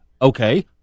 Okay